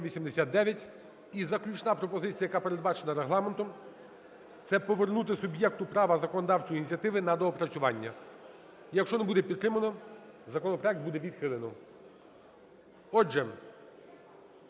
І заключна пропозиція, яка передбачена Регламентом, – це повернути суб'єкту права законодавчої ініціативи на доопрацювання. Якщо не буде підтримано, законопроект буде відхилено.